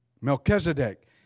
Melchizedek